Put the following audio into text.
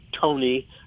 Tony